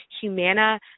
Humana